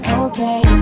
okay